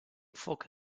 foc